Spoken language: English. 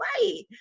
right